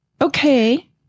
Okay